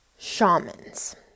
shamans